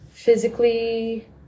physically